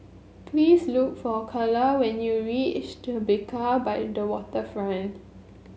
please look for Carla when you reach Tribeca by the Waterfront